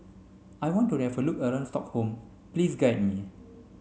I want to have a look around Stockholm please guide me